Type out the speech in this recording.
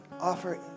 offer